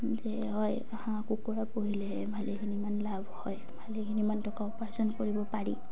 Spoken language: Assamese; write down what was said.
যে হয় হাঁহ কুকুৰা পুহিলেহে ভালেখিনি ইমান লাভ হয় ভালেখিনিমান টকা উপাৰ্জন কৰিব পাৰি